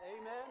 amen